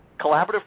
Collaborative